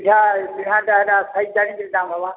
ଇଟା ପିଣ୍ଡାଟେ ହେଟା ସାଇଜ୍ ଜାନିକିରି ଦାମ୍ ହେବା